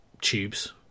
tubes